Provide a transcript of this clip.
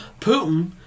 Putin